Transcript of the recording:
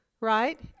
right